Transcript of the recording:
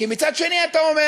מצד שני אתה אומר,